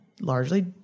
largely